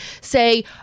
say